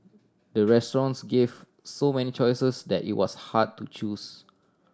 the restaurants gave so many choices that it was hard to choose